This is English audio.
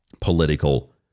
political